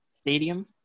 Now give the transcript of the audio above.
Stadium